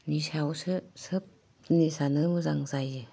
नि सायावसो सोब जिनिसानो मोजां जायो